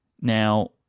Now